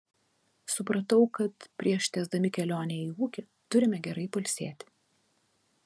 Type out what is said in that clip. supratau kad prieš tęsdami kelionę į ūkį turime gerai pailsėti